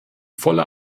volle